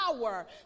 power